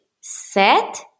Set